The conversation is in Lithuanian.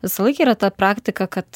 visąlaik yra ta praktika kad